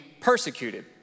persecuted